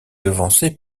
devancé